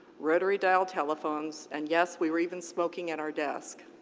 rotary-dial telephones, and yes, we were even smoking at our desks.